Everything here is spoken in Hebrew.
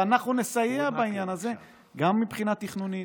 ואנחנו נסייע בעניין הזה, גם מבחינה תכנונית,